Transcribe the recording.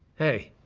hey,